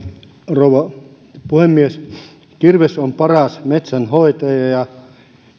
rouva puhemies kirves on paras metsänhoitaja ja